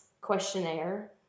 questionnaire